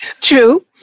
True